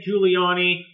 Giuliani